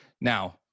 Now